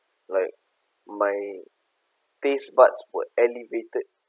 like my taste buds were elevated